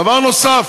דבר נוסף,